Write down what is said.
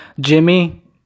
jimmy